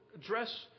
address